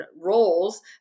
roles